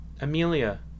Amelia